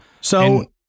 So-